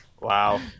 Wow